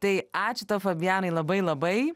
tai ačiū tau fabianai labai labai